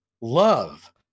love